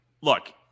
look